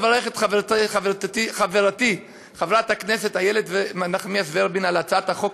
לברך את חברתי חברת הכנסת איילת נחמיאס ורבין על הצעת החוק